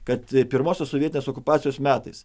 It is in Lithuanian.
kad pirmosios sovietinės okupacijos metais